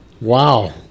Wow